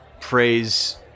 praise